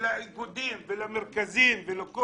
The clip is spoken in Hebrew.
לאיגודים ולמרכזים ולכל